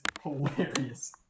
hilarious